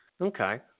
Okay